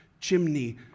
chimney